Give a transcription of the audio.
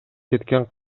кеткен